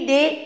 Day